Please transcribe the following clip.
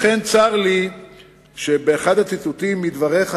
לכן צר לי שבאחד הציטוטים מדבריך,